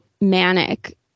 manic